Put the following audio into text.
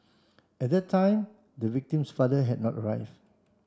at that time the victim's father had not arrive